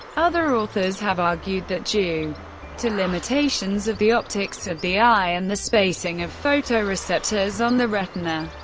other authors have argued that due to limitations of the optics of the eye and the spacing of photoreceptors on the retina,